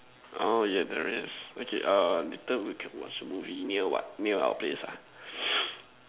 oh ya there is okay uh later we can watch a movie near what near our place ah